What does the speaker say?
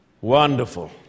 wonderful